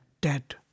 dead